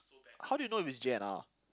how do you know if it's J_N_R